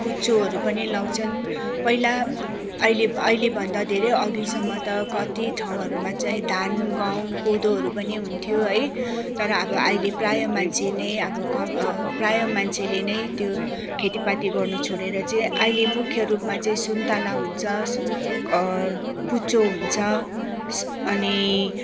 कुच्चोहरू पनि लाउँछन् पहिला अहिले अहिलेभन्दा धेरै अघिसम्म त कति ठाउँहरूमा चाहिँ धान गहुँ कोदोहरू पनि हुन्थ्यो है तर अब अहिले प्रायः मान्छे नै अब प्रायः मान्छेले नै त्यो खेती पाती गर्नु छोडेर चाहिँ अहिले मुख्य रूपमा चाहिँ सुन्तला हुन्छ कुच्चो हुन्छ अनि